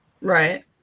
Right